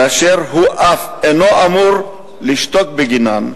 ואשר הוא אף אינו אמור לשתוק בגינן,